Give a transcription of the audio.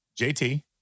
JT